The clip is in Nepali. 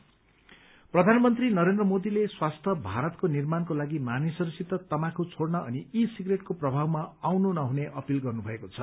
स्वास्थ्य भारत प्रधानमन्त्री नरेन्द्र मोदीले स्वास्थ्य भारतको निर्माणको लागि मानिसहस्सित तमाखु छोड़न अनि ई सिप्रेटको प्रभावमा आउनु नहुने अपिल गर्नुभएको छ